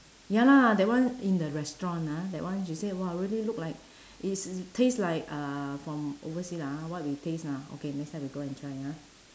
ya lah that one in the restaurant ah that one she say !wah! really look like it's taste like uh from oversea lah what we taste ah okay next time we go and try ah